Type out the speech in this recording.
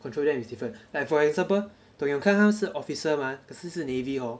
control them is different like for example 你懂 yong kang 他是 officer mah 可是是 navy hor